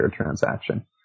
transaction